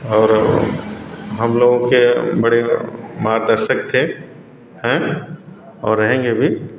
और हम लोगों के बड़े मार्गदर्शक थे हैं और रहेंगे भी